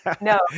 No